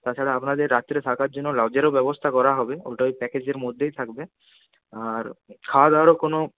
তাছাড়া আপনাদের রাত্তিরে থাকার জন্য লজেরও ব্যবস্থা করা হবে ওটা ওই প্যাকেজের মধ্যেই থাকবে আর খাওয়া দাওয়ারও কোনো